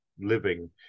living